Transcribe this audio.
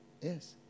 Yes